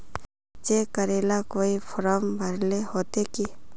Cheque करेला कोई form भरेले होते की?